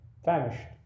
Famished